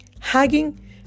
Hugging